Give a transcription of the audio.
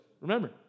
Remember